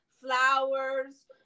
flowers